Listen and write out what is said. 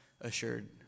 assured